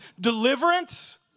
deliverance